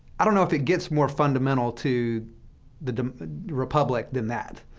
i don't know if it gets more fundamental to the republic than that.